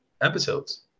episodes